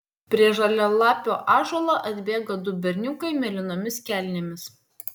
prie žalialapio ąžuolo atbėga du berniukai mėlynomis kelnėmis